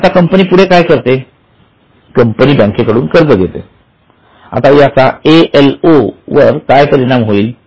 आता कंपनी पुढे काय करते की कंपनी बँकेकडून कर्ज घेते आता याचा ALO वर काय परिणाम होईल